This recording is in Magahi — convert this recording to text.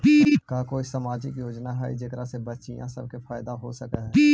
का कोई सामाजिक योजना हई जेकरा से बच्चियाँ सब के फायदा हो सक हई?